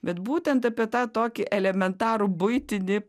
bet būtent apie tą tokį elementarų buitinį